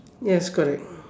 yes correct